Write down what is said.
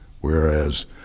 Whereas